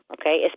okay